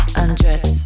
undress